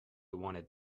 wanted